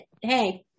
Hey